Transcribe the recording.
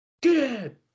Good